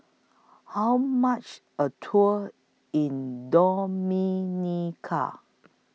How much A Tour in Dominica